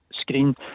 screen